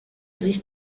sich